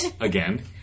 Again